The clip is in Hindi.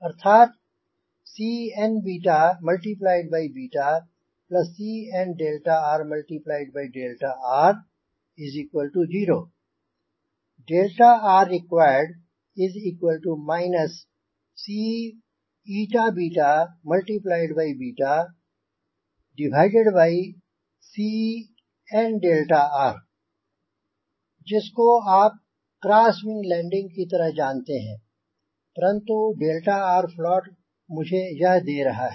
अर्थात CnCnrr0 तो required CCnr जिसको आप क्रॉसविंग लैंडिंग की तरह जानते हैं परंतु 𝛿rfloat मुझे यह दे रहा है